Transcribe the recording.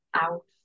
out